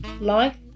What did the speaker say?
life